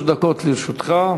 שלוש דקות לרשותך.